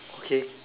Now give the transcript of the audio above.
okay